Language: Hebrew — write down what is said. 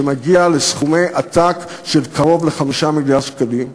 שמגיע לסכומי עתק של קרוב ל-5 מיליארד שקלים?